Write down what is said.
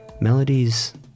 melodies